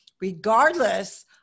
regardless